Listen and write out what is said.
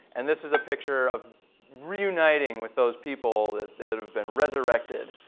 and this is a picture of reuniting with those people that that have been resurrected.